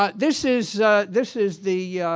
ah this is this is the